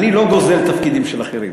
אני לא גוזל תפקידים של אחרים.